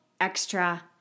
extra